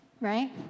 right